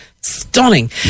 stunning